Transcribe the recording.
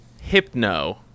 Hypno